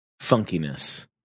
funkiness